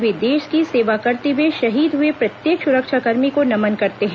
वे देश की सेवा करते हुए शहीद हुए प्रत्येक सुरक्षाकर्मी को नमन करते हैं